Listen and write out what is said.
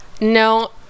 No